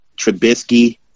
Trubisky